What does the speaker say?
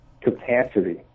capacity